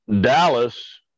Dallas